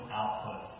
output